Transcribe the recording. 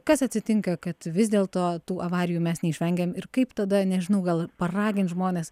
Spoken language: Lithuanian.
kas atsitinka kad vis dėlto tų avarijų mes neišvengiam ir kaip tada nežinau gal paragint žmones